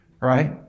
right